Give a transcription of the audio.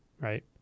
right